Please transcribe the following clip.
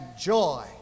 joy